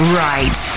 right